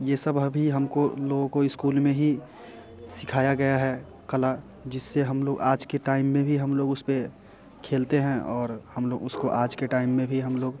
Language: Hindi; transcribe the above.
ये सब अभी हम को लोगों को इस्कूल में ही सिखाया गया है कला जिससे हम लोग आज के टाइम में भी हम लोग उस पर खेलते हैं और हम लोग उसको आज के टाइम में भी हम लोग